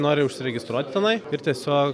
nori užsiregistruoti tenai ir tiesiog